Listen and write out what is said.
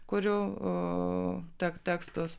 kuriu te tekstus